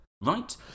right